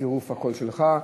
בצירוף הקול שלך,